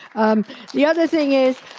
um the other thing is,